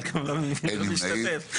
אין נמנעים.